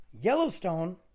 Yellowstone